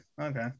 okay